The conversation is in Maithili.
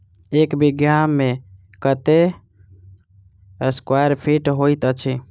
एक बीघा मे कत्ते स्क्वायर फीट होइत अछि?